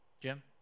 Jim